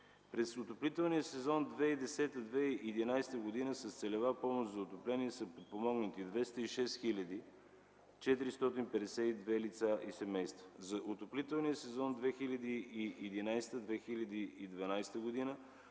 През отоплителния сезон 2010-2011 г. с целева помощ за отопление са подпомогнати 206 452 лица и семейства. За отоплителния сезон 2011-2012 г.